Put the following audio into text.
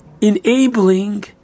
enabling